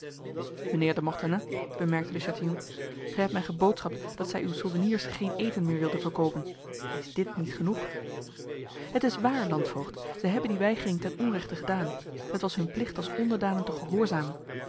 bemerkte de chatillon gij hebt mij geboodschapt dat zij uw soldeniers geen eten meer wilden verkopen is dit niet genoeg het is waar landvoogd zij hebben die weigering ten onrechte gedaan het was hun plicht als onderdanen te gehoorzamen